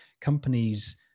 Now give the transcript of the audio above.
companies